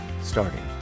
starting